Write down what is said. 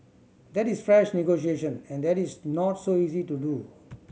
that is fresh negotiation and that is not so easy to do